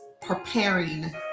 preparing